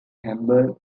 hamburg